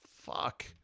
fuck